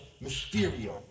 Mysterio